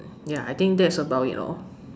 ya I think that is about it lor